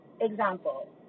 Example